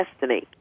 Destiny